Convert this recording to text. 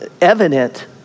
evident